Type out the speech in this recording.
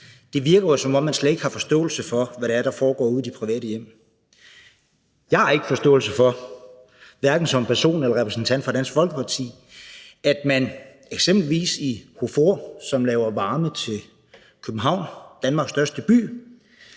Det virker jo, som om man slet ikke har forståelse for, hvad det er, der foregår ude i de private hjem. Jeg har ikke, hverken som person eller repræsentant for Dansk Folkeparti, forståelse for det her. Man har eksempelvis i HOFOR, som laver varme til København, Danmarks største by,